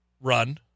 run